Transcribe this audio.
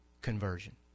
conversion